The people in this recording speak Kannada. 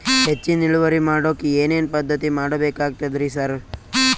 ಹೆಚ್ಚಿನ್ ಇಳುವರಿ ಮಾಡೋಕ್ ಏನ್ ಏನ್ ಪದ್ಧತಿ ಮಾಡಬೇಕಾಗ್ತದ್ರಿ ಸರ್?